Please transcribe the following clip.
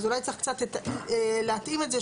אז אולי צריך להתאים את זה,